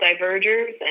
divergers